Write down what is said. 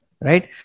right